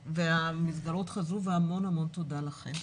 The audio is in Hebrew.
המסגרות חזרו והמון המון תודה לכן.